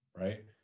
Right